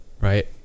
right